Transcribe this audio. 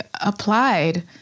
applied